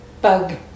bug